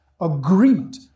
Agreement